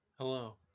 Hello